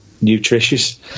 nutritious